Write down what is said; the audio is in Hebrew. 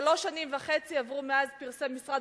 שלוש שנים וחצי עברו מאז פרסם משרד